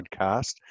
podcast